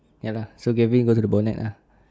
ya lah so galvin go to the bonnet lah